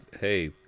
Hey